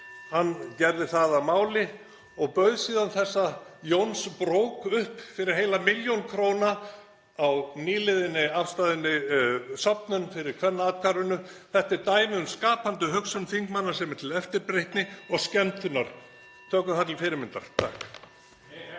Hann gerði það að máli og bauð síðan þessa Jónsbrók upp (Forseti hringir.) fyrir heila milljón króna í nýafstaðinni söfnun fyrir Kvennaathvarfinu. Þetta er dæmi um skapandi hugsun þingmanna sem er til eftirbreytni og skemmtunar. Tökum það til fyrirmyndar.